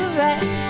right